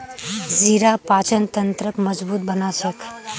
जीरा पाचन तंत्रक मजबूत बना छेक